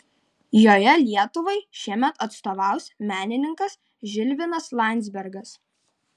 joje lietuvai šiemet atstovaus menininkas žilvinas landzbergas